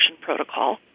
protocol